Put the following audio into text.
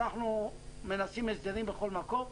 אנחנו מנסים הסדרים בכל מקום,